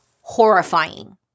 Horrifying